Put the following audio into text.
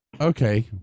Okay